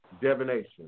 divination